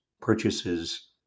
purchases